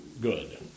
good